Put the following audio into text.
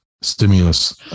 stimulus